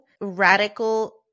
radical